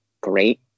great